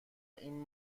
این